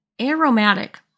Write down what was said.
aromatic